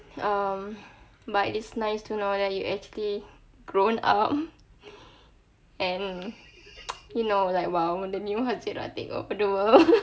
um but it's nice to know that you actually grown up and you know like !wow! the new hazirah take over the world